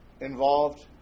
involved